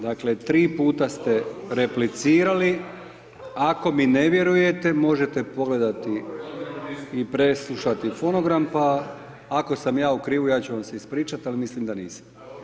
Dakle, 3 puta ste replicirali, ako mi ne vjerujete, možete pogledati i preslušati fonogram, pa ako sam ja u krivu, ja ću vam se ispričati, ali mislim da nisam.